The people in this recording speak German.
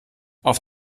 auf